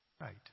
Right